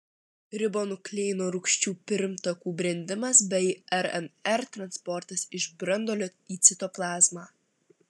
ribonukleino rūgščių pirmtakų brendimas bei rnr transportas iš branduolio į citoplazmą